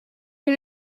can